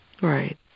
Right